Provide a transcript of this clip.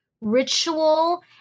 ritual